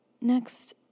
Next